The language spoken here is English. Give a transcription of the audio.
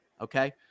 Okay